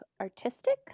artistic